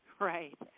Right